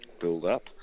build-up